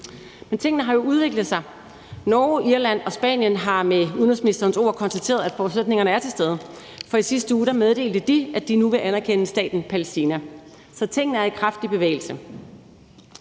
Men tingene har jo udviklet sig. Norge, Irland og Spanien har med udenrigsministerens ord konstateret, at forudsætningerne er til stede, for i sidste uge meddelte de, at de nu vil anerkende staten Palæstina. Så tingene er i kraftig bevægelse.